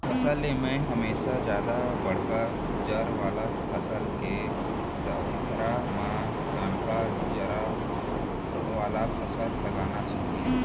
फसल ले म हमेसा जादा बड़का जर वाला फसल के संघरा म ननका जर वाला फसल लगाना चाही